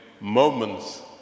moments